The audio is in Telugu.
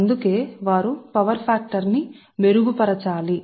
అందుకే వారు పవర్ ఫ్యాక్టర్న్ని సరిగ్గా మెరుగుపరచాలి